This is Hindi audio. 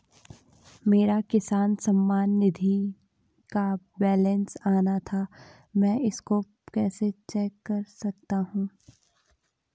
मेरा किसान सम्मान निधि का बैलेंस आना था मैं इसको कैसे चेक कर सकता हूँ?